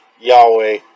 Yahweh